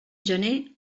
gener